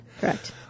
Correct